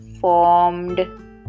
formed